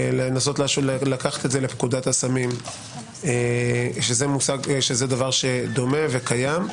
לנסות לקחת את זה לפקודת הסמים שזה דבר שדומה וקיים.